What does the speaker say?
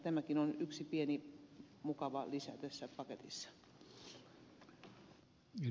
tämäkin on yksi pieni mukava lisä tässä paketissa